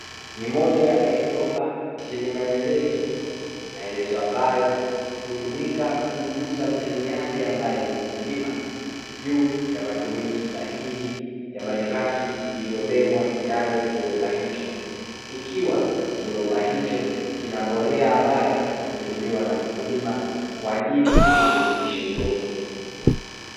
Ni moja ya kiroba chenye maelezo, maelezo ambayo hutumika kumjuza mtumiaji ambaye ni mkulima, juu ya matumizi sahihi ya malighafi iliyobebwa ndani ya kiroba hicho. Ikiwa kiroba hicho kina mbolea ambayo hutumiwa na mkulima kwa ajili ya kurutubisha udongo.